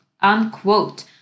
unquote